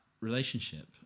relationship